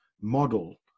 model